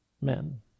men